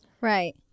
Right